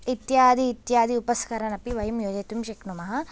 इत्यादि इत्यादि उपस्करनपि वयं योजतुं शक्नुमः